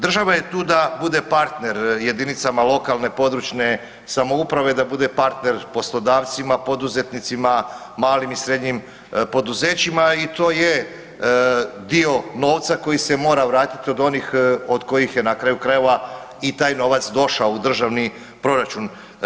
Država je tu da bude partner jedinicama lokalne i područne samouprave, da bude partner poslodavcima, poduzetnicima, malim i srednjim poduzećima i to je dio novca koji se mora vratiti od onih od kojih je, na kraju krajeva i taj novac došao u državni proračun.